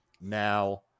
Now